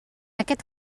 aquest